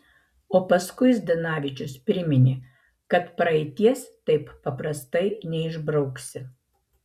o paskui zdanavičius priminė kad praeities taip paprastai neišbrauksi